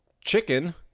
chicken